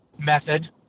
method